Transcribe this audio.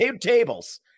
tables